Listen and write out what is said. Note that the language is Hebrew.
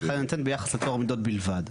צריכה להינתן ביחס לטוהר המידות בלבד.